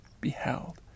beheld